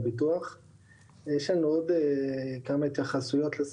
אני מתכבד לפתוח את ישיבת ועדת הכלכלה,